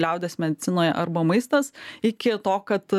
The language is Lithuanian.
liaudies medicinoj arba maistas iki to kad